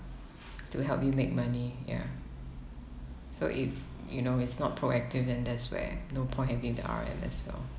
to help you make money ya so if you know it's not proactive than there's where no point having the R_M as well